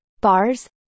bars